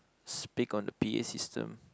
speak on the p_a system